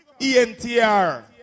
ENTR